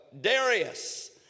Darius